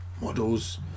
models